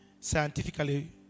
Scientifically